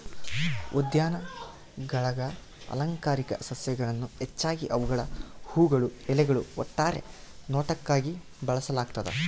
ಉದ್ಯಾನಗುಳಾಗ ಅಲಂಕಾರಿಕ ಸಸ್ಯಗಳನ್ನು ಹೆಚ್ಚಾಗಿ ಅವುಗಳ ಹೂವುಗಳು ಎಲೆಗಳು ಒಟ್ಟಾರೆ ನೋಟಕ್ಕಾಗಿ ಬೆಳೆಸಲಾಗ್ತದ